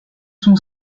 sont